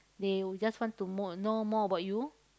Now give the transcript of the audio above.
they just want to more know more about you